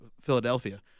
Philadelphia